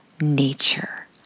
nature